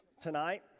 tonight